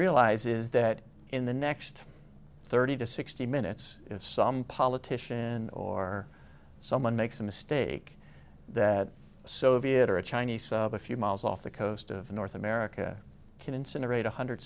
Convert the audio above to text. realize is that in the next thirty to sixty minutes some politician or someone makes a mistake that soviet or a chinese a few miles off the coast of north america can incinerate one hundred